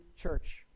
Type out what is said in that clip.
Church